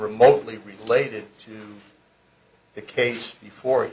remotely related to the case before